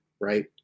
right